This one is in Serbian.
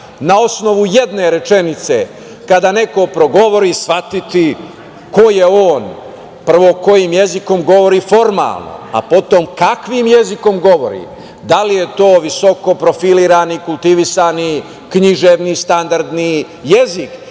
na osnovu jedne rečenice kada neko progovori shvatiti ko je on, prvo kojim jezikom govori formalno, a potom kakvim jezikom govori. Da li je to visoko profilirani, kultivisani, književni, standardni jezik